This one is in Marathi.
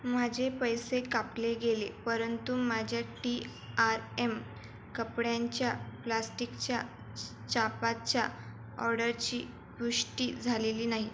माझे पैसे कापले गेले परंतु माझ्या टी आर एम कपड्यांच्या प्लॅस्टिकच्या चापाच्या ऑर्डरची पुष्टी झालेली नाही